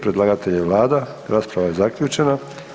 Predlagatelj je Vlada, rasprava je zaključena.